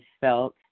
felt